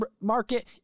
market